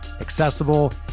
accessible